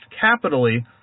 capitally